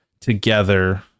together